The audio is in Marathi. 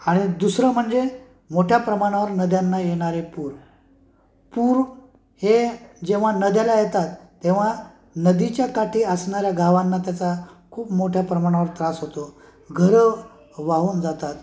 आणि दुसरं म्हणजे मोठ्या प्रमाणावर नद्यांना येणारे पूर पूर हे जेव्हा नद्याला येतात तेव्हा नदीच्या काठी असणाऱ्या गावांना त्याचा खूप मोठ्या प्रमाणावर त्रास होतो घरं वाहून जातात